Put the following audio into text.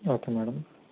okay madam